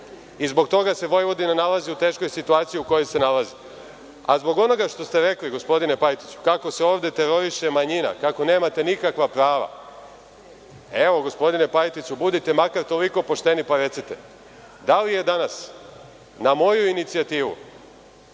i zbog toga se Vojvodina nalazi u teškoj situaciji u kojoj se nalazi.A zbog onoga što ste rekli, gospodine Pajtiću, kako se ovde teroriše manjina, kako nemate nikakva prava, evo, gospodine Pajtiću, budite makar toliko pošteni pa recite da li je danas na moju inicijativu